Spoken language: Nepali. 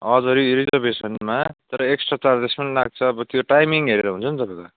हजुर यो रिजर्वेसनमा तर एक्स्ट्रा चार्जेस पनि लाग्छ अब त्यो टाइमिङ हेरेर हुन्छ नि तपाईँको